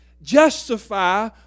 justify